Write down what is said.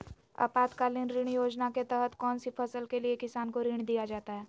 आपातकालीन ऋण योजना के तहत कौन सी फसल के लिए किसान को ऋण दीया जाता है?